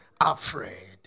afraid